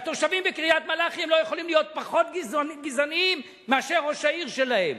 התושבים בקריית-מלאכי לא יכולים להיות פחות גזענים מראש העיר שלהם.